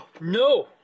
No